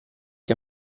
che